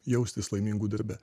jaustis laimingu darbe